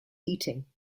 heating